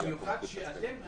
במיוחד שאתם,